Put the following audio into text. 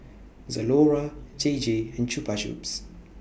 Zalora J J and Chupa Chups